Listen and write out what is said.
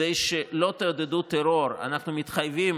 כדי שלא תעודדו טרור אנחנו מתחייבים